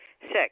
six